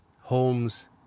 Homes